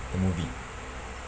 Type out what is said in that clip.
the movie